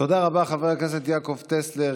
תודה רבה, חבר הכנסת יעקב טסלר.